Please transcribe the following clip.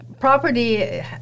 property